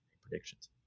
predictions